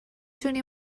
تونی